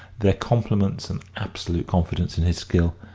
their compliments and absolute confidence in his skill,